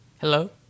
Hello